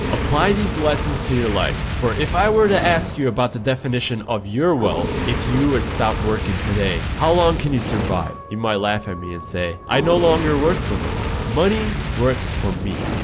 apply these lessons to your life for if i were to ask you about the definition of your wealth if you would stop working today, how long can you survive? you might laugh at me and say i no longer work for money, money works for me.